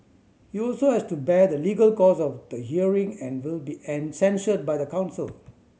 he also has to bear the legal cost of the hearing and will be censured by the council